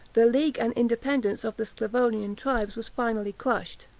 the league and independence of the sclavonian tribes was finally crushed.